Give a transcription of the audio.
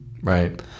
Right